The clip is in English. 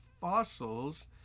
fossils